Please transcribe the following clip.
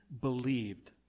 believed